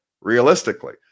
realistically